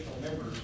members